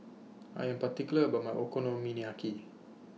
I Am particular about My Okonomiyaki